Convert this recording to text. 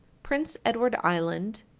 prince edward island,